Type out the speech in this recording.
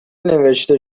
نوشته